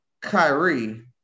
Kyrie